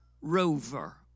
rover